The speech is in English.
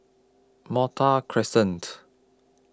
Malta Crescent